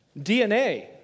DNA